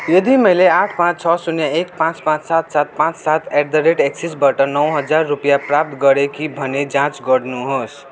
यदि मैले आठ पाँच छ शून्य एक पाँच पाँच सात सात पाँच सात एट द रेट एक्सिसबाट नौ हजार रुपियाँ प्राप्त गरेँ कि भनी जाँच गर्नुहोस्